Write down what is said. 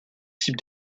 types